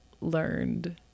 learned